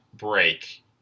break